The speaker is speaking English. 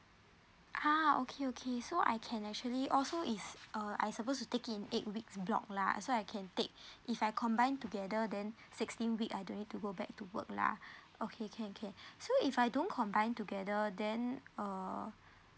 ah okay okay so I can actually also is uh I suppose to take it in eight weeks block lah so I can take if I combine together then sixteen week I don't need to go back to work lah okay can can so if I don't combine together then err